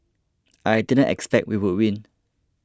I didn't expect we would win